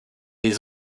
les